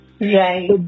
right